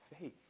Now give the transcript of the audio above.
faith